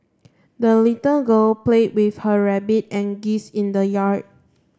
the little girl played with her rabbit and geese in the yard